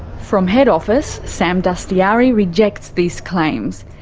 from head office, sam dastyari rejects these claims.